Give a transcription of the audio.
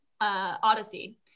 Odyssey